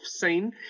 scene